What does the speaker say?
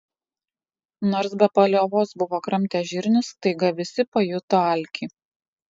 nors be paliovos buvo kramtę žirnius staiga visi pajuto alkį